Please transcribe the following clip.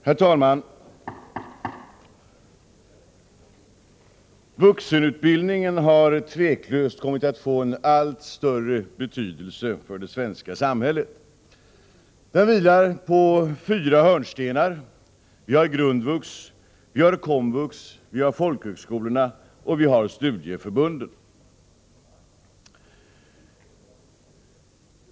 Herr talman! Vuxenutbildningen har utan tvivel kommit att få en allt större betydelse för det svenska samhället. Den vilar på fyra hörnstenar: grundvux, komvux, folkhögskolorna och studieförbunden.